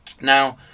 now